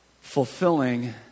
fulfilling